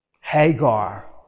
Hagar